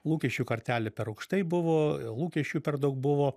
lūkesčių kartelė per aukštai buvo lūkesčių per daug buvo